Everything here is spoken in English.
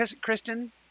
Kristen